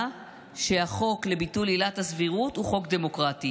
שהחוק לביטול עילת הסבירות הוא חוק דמוקרטי